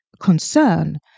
concern